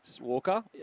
Walker